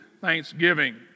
Thanksgiving